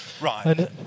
Right